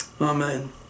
amen